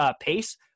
pace